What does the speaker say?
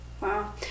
Wow